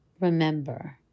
remember